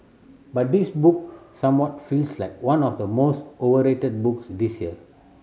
but this book somewhat feels like one of the most overrated books this year